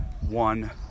one